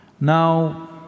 Now